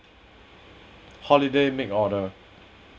holiday make order